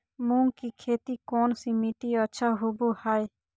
मूंग की खेती कौन सी मिट्टी अच्छा होबो हाय?